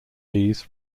these